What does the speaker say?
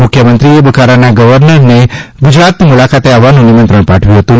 મુખ્યમંત્રીશ્રીએ બૂખારાના ગર્વનરશ્રીને ગુજરાતની મૂલાકાતે આવવાનું નિમંત્રણ પાઠવ્યું હતું